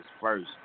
first